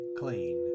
clean